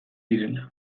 direla